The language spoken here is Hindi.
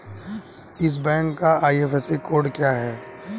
इस बैंक का आई.एफ.एस.सी कोड क्या है?